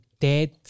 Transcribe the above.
dead